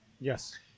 Yes